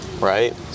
right